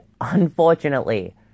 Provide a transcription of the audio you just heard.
unfortunately